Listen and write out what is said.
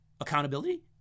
accountability